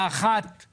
אופציה אחת היא